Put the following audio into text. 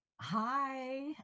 Hi